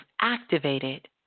activated